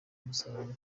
umusaruro